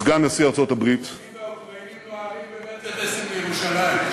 סגן נשיא ארצות-הברית, נוהרים במרצדסים לירושלים.